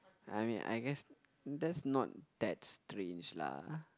I mean I guess that's not that strange lah